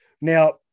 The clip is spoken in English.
now